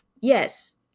Yes